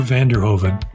Vanderhoven